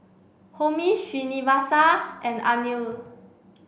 Homi Srinivasa and Anil